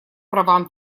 правам